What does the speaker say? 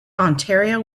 ontario